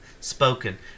spoken